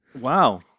Wow